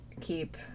keep